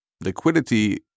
liquidity